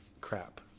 crap